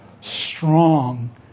strong